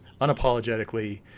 unapologetically